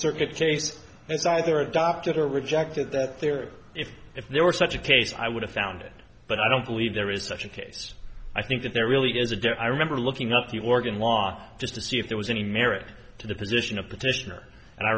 circuit case is either adopted or rejected that they are if if there were such a case i would have found it but i don't believe there is such a case i think that there really is a gift i remember looking up the organ line just to see if there was any merit to the position of petitioner and i